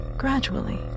Gradually